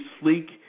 sleek